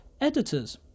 editors